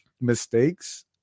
mistakes